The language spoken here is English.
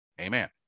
Amen